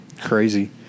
crazy